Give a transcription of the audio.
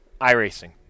iRacing